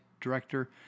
director